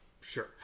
Sure